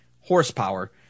horsepower